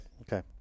Okay